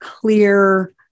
clear